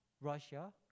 Russia